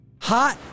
hot